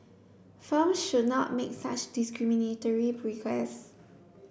firms should not make such discriminatory requests